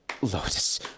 Lotus